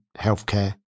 healthcare